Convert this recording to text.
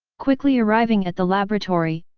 quickly arriving at the laboratory,